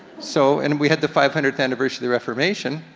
so and we had the five hundredth anniversary of the reformation,